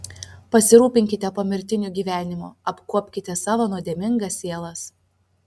pasirūpinkite pomirtiniu gyvenimu apkuopkite savo nuodėmingas sielas